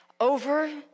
over